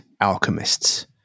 alchemists